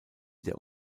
der